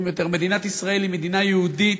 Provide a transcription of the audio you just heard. יותר: מדינת ישראל היא מדינה יהודית,